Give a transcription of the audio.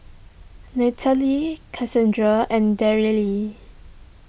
Nathaly Casandra and Darryle